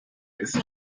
ist